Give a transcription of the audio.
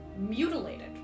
mutilated